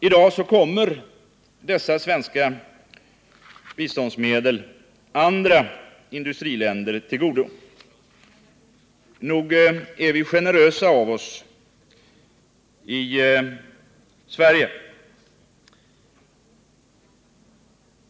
I dag kommer dessa svenska biståndsmedel andra industriländer till godo. Nog är vi generösa av oss i Sverige.